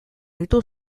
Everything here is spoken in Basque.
ditu